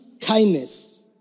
kindness